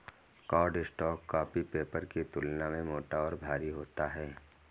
cardstock copy paper की तुलना में मोटा और भारी होता है